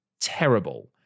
terrible